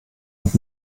und